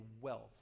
wealth